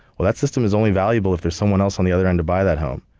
well, that system is only valuable if there's someone else on the other end to buy that home.